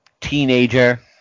teenager